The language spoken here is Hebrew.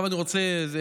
כל